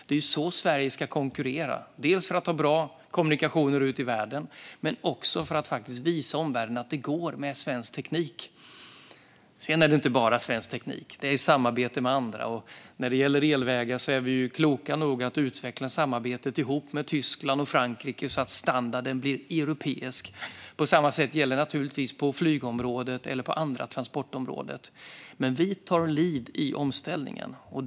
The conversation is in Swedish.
Det är så Sverige ska konkurrera, dels för att ha bra kommunikationer ut i världen, dels för att visa omvärlden att det går med svensk teknik. Sedan är det inte bara svensk teknik, utan det handlar om samarbete med andra. När det gäller elvägar är vi kloka nog att utveckla samarbetet ihop med Tyskland och Frankrike så att standarden blir europeisk. Detsamma gäller naturligtvis på flygområdet och andra transportområden. Vi tar lead i omställningen.